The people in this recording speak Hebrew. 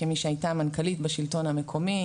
כמי שהייתה מנכ"לית בשלטון המקומי,